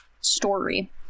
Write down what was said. story